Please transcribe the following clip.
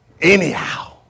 anyhow